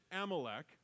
Amalek